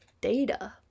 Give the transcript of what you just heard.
data